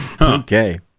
okay